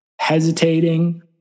hesitating